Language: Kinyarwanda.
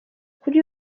kuri